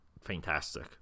Fantastic